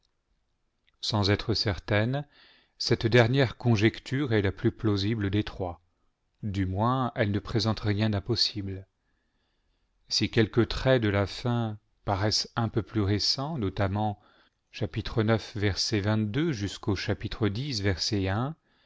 sans être certaine cette dernière conjecture est la plus plausible des trois du moins elle ne présente rien d'impossible si quelques traits de la fin paraissent un peu plus récents notamment ix